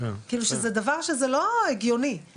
זה דבר שהוא לא הגיוני,